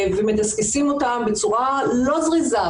ומדסקסים אותם בצורה לא זריזה,